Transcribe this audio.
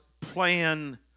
plan